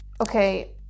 Okay